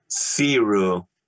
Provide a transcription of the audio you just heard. zero